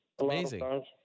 Amazing